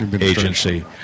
agency